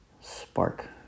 spark